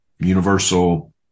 Universal